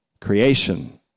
creation